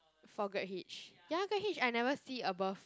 for Grab Hitch ya Grab Hitch I never see above